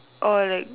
orh like